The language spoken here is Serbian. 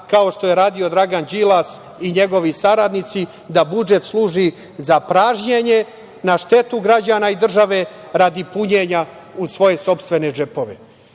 kao što je radio Dragan Đilas i njegovi saradnici, da budžet služi za pražnjenje, na štetu građana i države radi punjenja u svoje sopstvene džepove. Prema